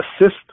assist